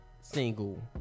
single